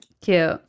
Cute